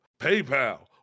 PayPal